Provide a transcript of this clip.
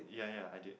ya ya I did